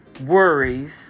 worries